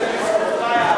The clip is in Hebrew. זה לזכותך, אייכלר.